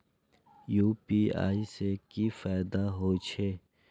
UPI से की फायदा हो छे?